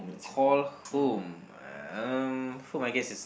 call home um home I guess is